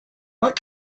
what